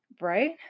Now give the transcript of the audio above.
Right